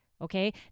Okay